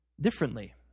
differently